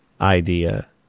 idea